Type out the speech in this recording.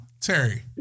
Terry